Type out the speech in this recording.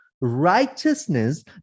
Righteousness